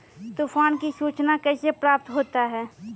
तुफान की सुचना कैसे प्राप्त होता हैं?